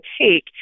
take